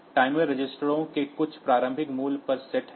timer रजिस्टरों के कुछ प्रारंभिक मूल्य पर सेट है